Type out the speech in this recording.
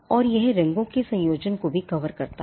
और यह रंगों के संयोजन को भी कवर कर सकता है